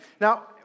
Now